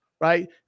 Right